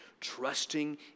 trusting